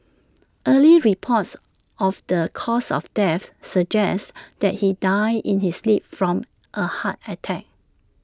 early reports of the cause of death suggests that he died in his sleep from A heart attack